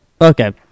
Okay